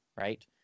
right